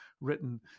written